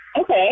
Okay